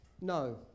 No